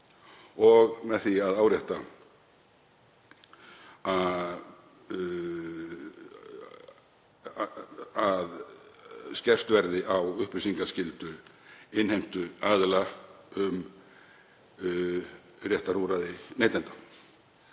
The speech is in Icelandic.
og með því að árétta að skerpt verði á upplýsingaskyldu innheimtuaðila um réttarúrræði neytenda.